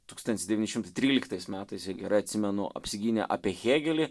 tūkstantis devyni šimtai tryliktais metais jei gerai atsimenu apsigynė apie hėgelį